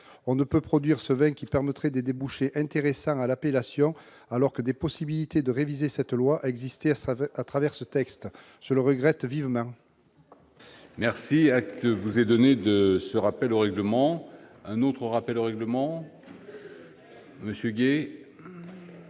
On ne peut produire ce vin qui permettrait des débouchés intéressants à l'appellation, alors que des possibilités de réviser cette loi existaient à travers ce texte. Je le regrette vivement. Acte vous est donné de ce rappel au règlement, mon cher collègue. La parole est à